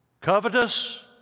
covetous